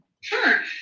Sure